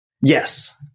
Yes